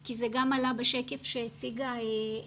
כי זה גם עלה בשקף של הממ"מ שהציגה מריה.